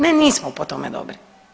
Ne nismo po tome dobri.